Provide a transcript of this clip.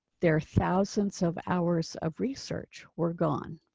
their thousands of hours of research were gone.